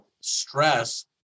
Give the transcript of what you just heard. stress